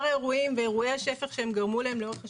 אירועי השפך שהם גרמו להם לאורך השנים.